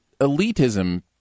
elitism